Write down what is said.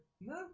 No